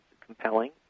compelling